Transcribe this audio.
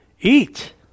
Eat